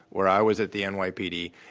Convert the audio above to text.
where i was at the and nypd,